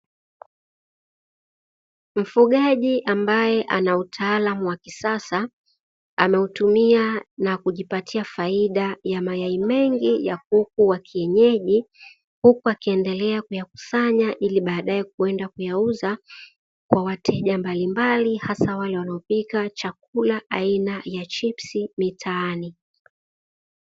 Mfugaji ambae ana utaalamu wa kisasa ameutumia na kujipatia faida ya mayai mengi ya kuku wa kienyeji, huku akiendelea kuyakusanya ili baadae kwenda kuyauza kwa wateja mbalimbali hasa wale wanaopika chakula aina ya chips mitaani.